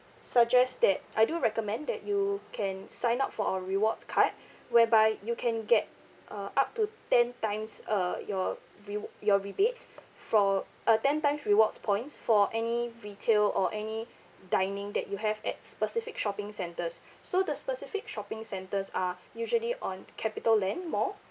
suggest that I do recommend that you can sign up for our rewards card whereby you can get uh up to ten times uh your rew~ your rebate for uh ten times rewards points for any retail or any dining that you have at specific shopping centers so the specific shopping centers are usually on capitaland mall